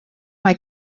mae